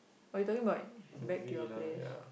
or you talking about back to your place